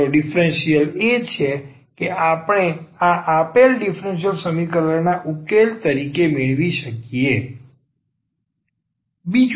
જેનો ડીફરન્સીયલ એ છે કે આપણે આ આપેલ ડીફરન્સીયલ સમીકરણના આ ઉકેલ તરીકે મેળવી શકીએ